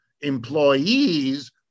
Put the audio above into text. Employees